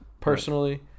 personally